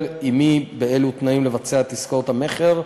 ועם מי ובאילו תנאים לבצע את עסקאות המכר,